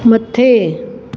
मथे